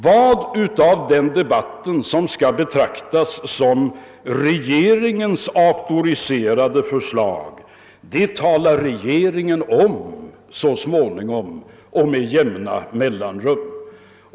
Vad som i den debatten skall betraktas som regeringens auktoriserade förslag talar regeringen om så småningom och med jämna mellanrum.